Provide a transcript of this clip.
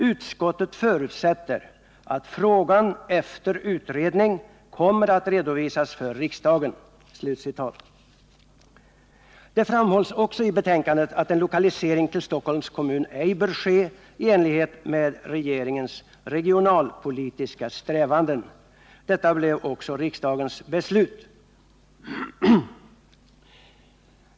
Utskottet förutsätter att frågan efter utredning kommer att redovisas för riksdagen.” Det framhålls också i betänkandet att en lokalisering till Stockholms kommun ej bör ske, i enlighet med regeringens regionalpolitiska strävanden. Detta blev också riksdagens beslut.